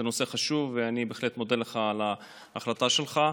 זה נושא חשוב, ואני בהחלט מודה לך על ההחלטה שלך.